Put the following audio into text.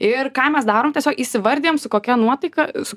ir ką mes darom tiesiog įsivardijam su kokia nuotaika su